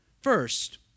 First